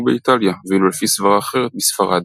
באיטליה ואילו לפי סברה אחרת בספרד.